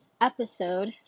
episode